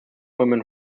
women